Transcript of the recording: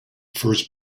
first